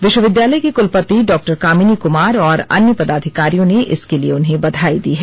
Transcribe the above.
विश्वविद्यालय की कुलपति डॉक्टर कामिनी कुमार और अन्य पदाधिकारियों ने इसके लिए उन्हें बधाई दी है